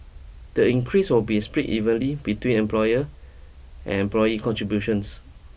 the increase will be split evenly between employer and employee contributions